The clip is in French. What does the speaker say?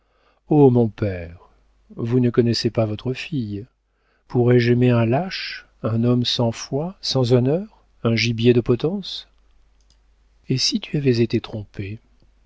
oh mon père vous ne connaissez pas votre fille pourrais-je aimer un lâche un homme sans foi sans honneur un gibier de potence et si tu avais été trompée